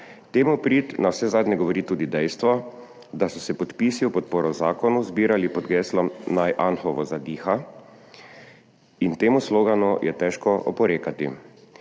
Temu v prid navsezadnje govori tudi dejstvo, da so se podpisi v podporo zakonu zbirali pod geslom Naj Anhovo zadiha!, in temu sloganu je težko oporekati.